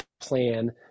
plan